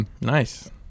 Nice